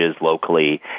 locally